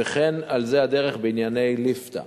וכן זו הדרך בענייני ליפתא.